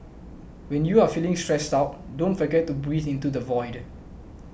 when you are feeling stressed out don't forget to breathe into the void